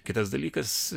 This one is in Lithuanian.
kitas dalykas